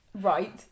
Right